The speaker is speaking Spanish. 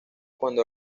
cuando